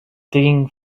digging